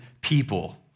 people